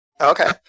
Okay